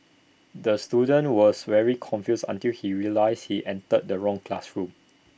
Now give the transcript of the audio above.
the student was very confused until he realised he entered the wrong classroom